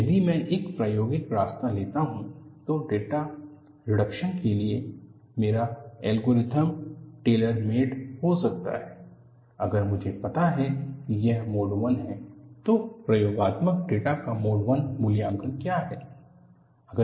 यदि मैं एक प्रायोगिक रास्ता लेता हूं तो डेटा रिडक्शन के लिए मेरा एल्गोरिथ्म टेलर मेड हो सकता है अगर मुझे पता है कि यह मोड 1 है तो प्रयोगात्मक डेटा का मोड 1 मूल्यांकन क्या है